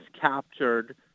captured